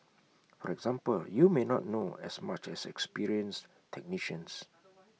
for example you may not know as much as experienced technicians